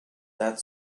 that